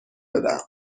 بدهم